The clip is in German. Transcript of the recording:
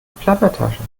plappertasche